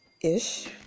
ish